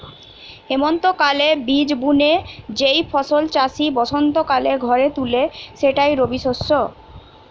হেমন্তকালে বীজ বুনে যেই ফসল চাষি বসন্তকালে ঘরে তুলে সেটাই রবিশস্য